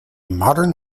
modern